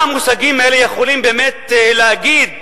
מה המושגים האלה יכולים באמת להגיד